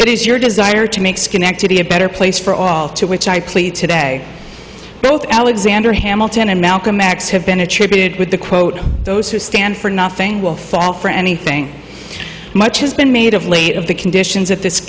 it is your desire to make schenectady a better place for all to which i played today both alexander hamilton and malcolm x have been attributed with the quote those who stand for nothing will fall for anything much has been made of late of the conditions of this